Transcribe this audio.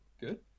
good